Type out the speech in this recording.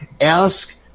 ask